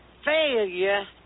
Failure